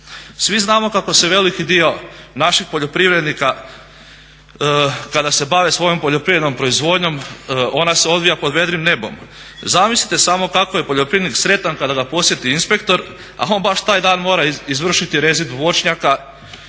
Svi znamo kako se veliki dio naših poljoprivrednika kada se bave svojom poljoprivrednom proizvodnjom, ona se odvija pod vedrim nebom. Zamislite samo kako je poljoprivrednik sretan kada ga posjeti inspektor, a on baš taj dan mora izvršiti … voćnjaka,